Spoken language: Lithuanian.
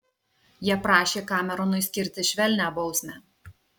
jie prašė kameronui skirti švelnią bausmę